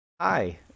hi